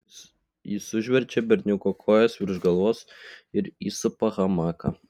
jis užverčia berniuko kojas virš galvos ir įsupa hamaką